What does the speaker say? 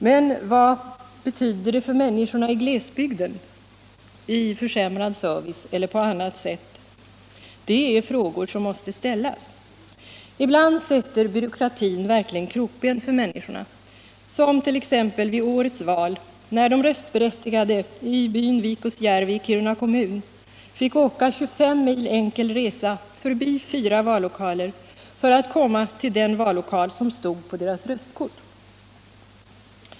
Men man måste fråga sig vad det betyder för människorna i glesbygden i försämrad service eller på annat sätt. Ibland sätter byråkratin verkligen krokben för människorna, som t.ex. vid årets val, när de röstberättigade i byn Viikusjärvi i Kiruna kommun fick åka 25 mil enkel resa förbi fyra vallokaler för att komma till den vallokal som stod på deras röstkort.